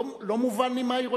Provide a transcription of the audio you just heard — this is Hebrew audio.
לא מובן לי מה היא רוצה,